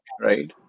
right